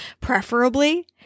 preferably